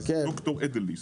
ד"ר אדליסט,